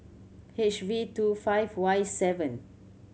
H V two five Y seven